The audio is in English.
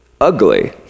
ugly